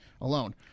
alone